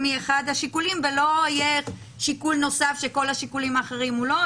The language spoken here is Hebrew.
השיקולים ולא שיקול נוסף של כל השיקולים האחרים מולו,